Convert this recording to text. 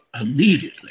immediately